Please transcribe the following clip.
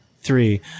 three